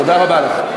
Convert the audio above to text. תודה רבה לך.